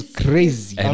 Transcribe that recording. crazy